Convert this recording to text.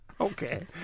Okay